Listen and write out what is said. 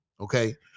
Okay